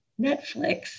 Netflix